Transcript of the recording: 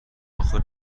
اخه